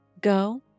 go